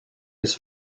his